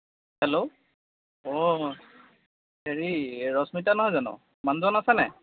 hello অঁ এই হেৰি এই ৰশ্মিতা নহয় জানো মানুহজন আছেনে নাই